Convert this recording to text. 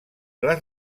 les